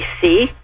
see